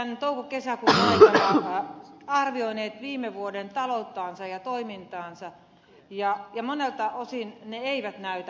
kunnat ovat toukokesäkuun aikana arvioineet viime vuoden talouttansa ja toimintaansa ja monelta osin ne eivät näytä hyvältä